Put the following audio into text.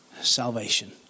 salvation